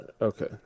Okay